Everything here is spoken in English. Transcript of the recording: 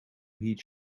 heed